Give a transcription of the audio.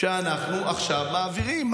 שאנחנו עכשיו מעבירים.